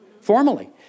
formally